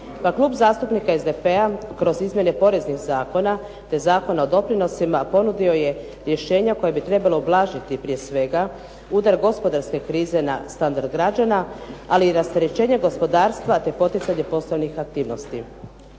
Pa klub zastupnika SDP-a kroz izmjene poreznih zakona te Zakona o doprinosima ponudio je rješenja koja bi trebala ublažiti prije svega udar gospodarske krize na standard građana, ali i rasterećenje gospodarstva te poticanje postojanih aktivnosti.